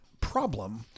problem